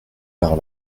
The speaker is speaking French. par